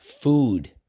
food